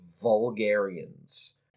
vulgarians